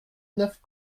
neuf